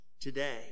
today